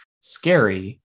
scary